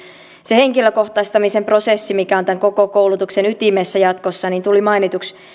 se henkilökohtaistamisen prosessi mikä on tämän koko koulutuksen ytimessä jatkossa tuli mainituksi